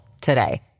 today